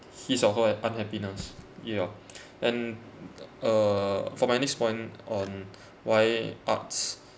his or her unhappiness ya and uh for my next point on why arts